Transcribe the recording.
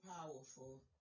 powerful